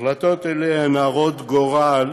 החלטות אלה הן הרות הגורל